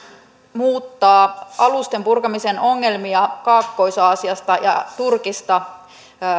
muuttaa alusten purkamisen ongelmia kaakkois aasiasta ja turkista